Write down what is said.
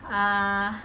uh